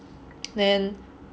then